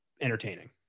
entertaining